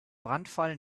brandfall